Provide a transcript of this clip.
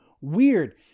Weird